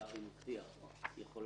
שלא נתפלפל יותר מדי בחוק הזה ושאם יש הערות,